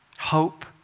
hope